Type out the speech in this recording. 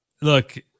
Look